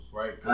right